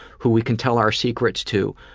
who we can tell our secrets to,